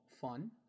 Fun